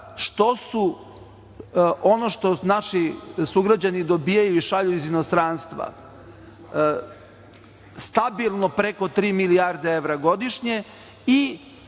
što su, ono što naši sugrađani dobijaju i šalju iz inostranstva, stabilno preko tri milijarde evra godišnje